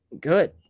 Good